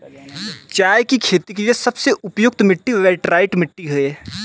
चाय की खेती के लिए सबसे उपयुक्त मिट्टी लैटराइट मिट्टी है